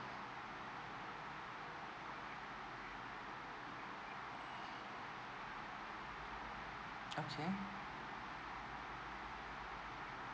okay